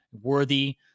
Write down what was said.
worthy